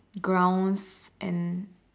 grounds and